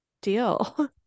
deal